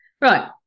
Right